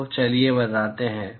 तो चलिए बताते हैं